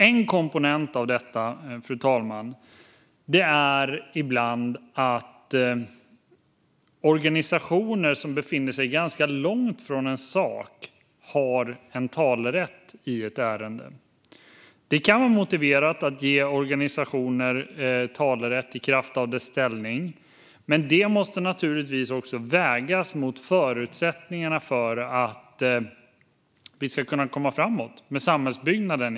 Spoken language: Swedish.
En komponent i detta, fru talman, är ibland att organisationer som befinner sig ganska långt från en sak har talerätt i ett ärende. Det kan vara motiverat att ge organisationer talerätt i kraft av deras ställning, men det måste naturligtvis också vägas mot förutsättningarna för att vi ska kunna komma framåt med samhällsbyggnaden.